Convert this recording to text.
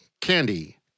Candy